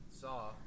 saw